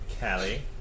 Callie